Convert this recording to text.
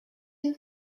you